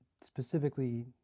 Specifically